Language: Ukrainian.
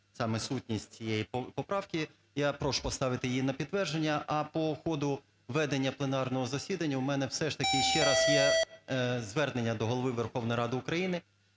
саме сутність цієї поправки. Я прошу поставити її на підтвердження. А по ходу ведення пленарного засідання. У мене все ж таки ще раз є звернення до Голови Верховної Ради України.